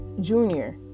junior